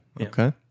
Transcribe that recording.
okay